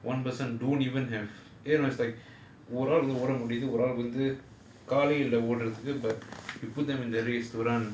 one person don't even have a you know it's like ஒரு ஆள் வந்து ஓட முடிது ஒரு ஆள் வந்து காலே இல்ல ஓடறதுக்கு:oru aal vanthu oda mudithu oru aal vanthu kaalae illa odarathuku but you put them in the race to run